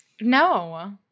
No